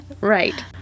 Right